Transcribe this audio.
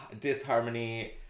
disharmony